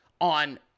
on